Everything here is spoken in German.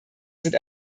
sind